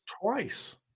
Twice